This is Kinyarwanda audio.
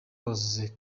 rose